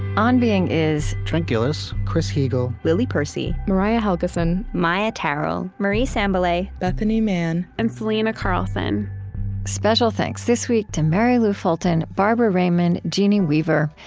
on being is trent gilliss, chris heagle, lily percy, mariah helgeson, maia tarrell, marie sambilay, bethanie mann, and selena carlson special thanks this week to mary lou fulton, barbara raymond, jeannie weaver,